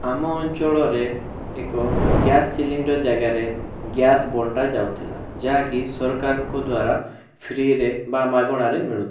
ଆମ ଅଞ୍ଚଳରେ ଏକ ଗ୍ୟାସ୍ ସିଲିଣ୍ଡର୍ ଜାଗାରେ ଗ୍ୟାସ୍ ବଣ୍ଟାଯାଉଥିଲା ଯାହାକି ସରକାରଙ୍କ ଦ୍ଵାରା ଫ୍ରି'ରେ ବା ମାଗଣାରେ ମିଳୁଥିଲା